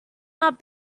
not